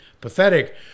pathetic